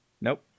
Nope